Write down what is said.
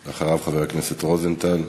אחריו, חבר הכנסת רוזנטל.